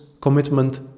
commitment